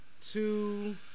two